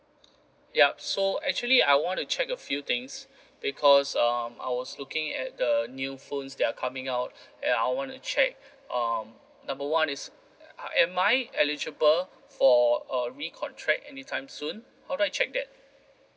yup so actually I want to check a few things because um I was looking at the new phones there are coming out and I want to check um number one is am I eligible for a re-contract anytime soon how do I check that